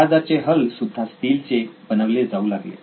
जहाजाचे hull सुद्धा steel चे बनवले जाऊ लागले